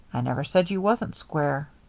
i never said you wasn't square.